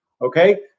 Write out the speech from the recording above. okay